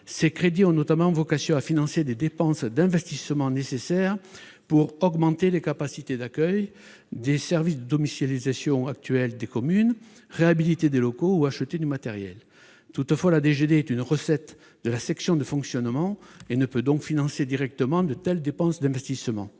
Ces crédits ont notamment pour objet de financer les dépenses d'investissement nécessaires afin d'augmenter les capacités d'accueil des services de domiciliation actuels des communes, réhabiliter des locaux ou acheter du matériel. Toutefois, la dotation générale de décentralisation, la DGD, est une ressource de la section de fonctionnement et ne peut donc financer directement de telles dépenses d'investissement,